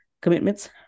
Commitments